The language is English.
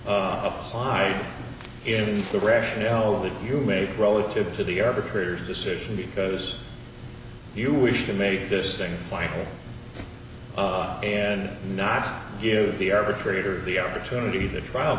applied in the rationale of which you made relative to the arbitrator's decision because you wish to make this thing final and not give the arbitrator the opportunity the trial